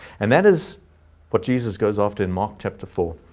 and that is what jesus goes off to in mark chapter four.